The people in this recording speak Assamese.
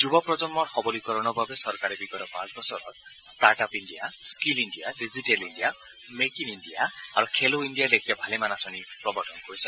যুৱ প্ৰজন্মৰ সবলীকৰণৰ বাবে চৰকাৰে বিগত পাঁচ বছৰত startup India skill India digital India make in India Khelo ইণ্ডিয়াৰ লেখীয়া ভালেমান আঁচনি প্ৰৱৰ্তন কৰিছে